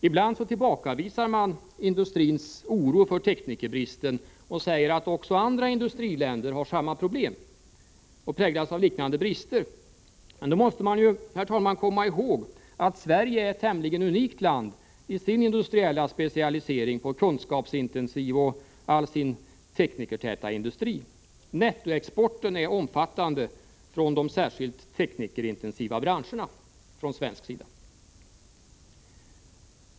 Ibland tillbakavisar man industrins oro för teknikerbristen och säger att också andra industriländer har samma problem och präglas av 53 komma till rätta med teknikerbristen liknande brister. Men, då måste man, herr talman, komma ihåg att Sverige är ett tämligen unikt land i sin industriella specialisering på kunskapsintensiv och teknikertät industri. Den svenska nettoexporten är omfattande från de särskilt teknikerintensiva branscherna.